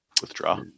withdraw